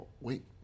wait